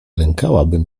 lękałabym